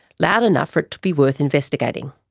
loud enough for it to be worth investigating.